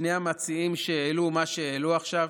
שני המציעים שהעלו מה שהעלו עכשיו,